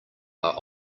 are